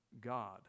God